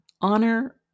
Honor